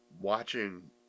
watching